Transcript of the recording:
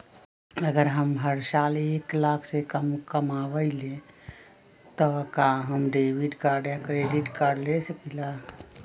अगर हम हर साल एक लाख से कम कमावईले त का हम डेबिट कार्ड या क्रेडिट कार्ड ले सकीला?